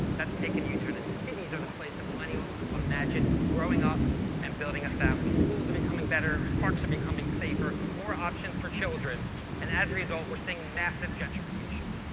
that's taken a u-turn and cities are the place that millennials imagine growing up and building a family. schools are becoming better. parks are becoming safer. more options for children and as a result, we're seeing massive gentrification.